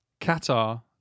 Qatar